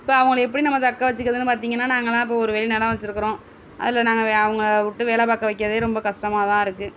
இப்போ அவங்கள எப்படி நம்ம தக்க வெச்சுக்கிறதுன்னு பார்த்தீங்கன்னா நாங்களெலாம் இப்போ ஒரு நினைவு வெச்சுருக்கறோம் அதில் நாங்கள் வே அவங்கள விட்டு வேலை பார்க்க வைக்கிறதே ரொம்ப கஷ்டமாக தான் இருக்குது